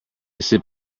sip